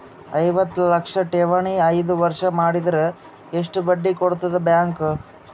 ಐವತ್ತು ಲಕ್ಷ ಠೇವಣಿ ಐದು ವರ್ಷ ಮಾಡಿದರ ಎಷ್ಟ ಬಡ್ಡಿ ಕೊಡತದ ಬ್ಯಾಂಕ್?